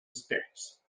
steps